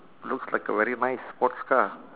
looks like a very nice sports car